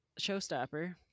showstopper